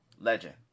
legend